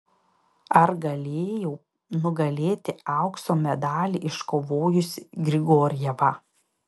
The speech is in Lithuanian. ar galėjau nugalėti aukso medalį iškovojusį grigorjevą